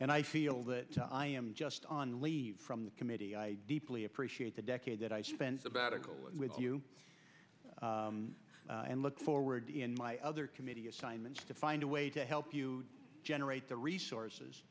and i feel that i am just on leave from the committee i deeply appreciate the decade that i spent sabbatical with you and look forward to my other committee assignments to find a way to help you generate the resources